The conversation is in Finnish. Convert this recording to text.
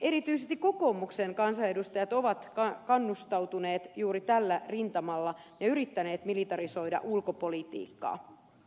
erityisesti kokoomuksen kansanedustajat ovat kunnostautuneet juuri tällä rintamalla ja yrittäneet militarisoida ulkopolitiikkaa